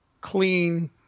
clean